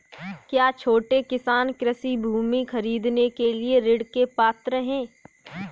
क्या छोटे किसान कृषि भूमि खरीदने के लिए ऋण के पात्र हैं?